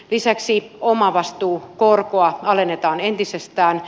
lisäksi omavastuukorkoa alennetaan entisestään